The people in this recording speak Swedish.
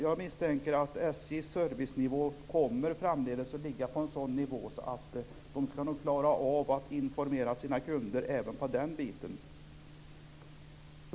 Jag misstänker att SJ:s service framdeles kommer att ligga på en sådan nivå att SJ klarar att informera sina kunder även i den delen.